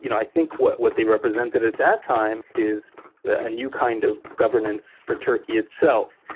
you know i think what what they represented at that time is a new kind of governance for turkey itself.